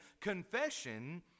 confession